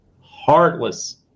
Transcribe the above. heartless